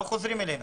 לא חוזרים אליהם.